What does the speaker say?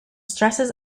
stresses